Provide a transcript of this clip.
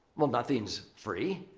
well nothing's free.